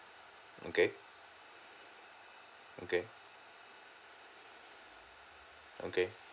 okay okay okay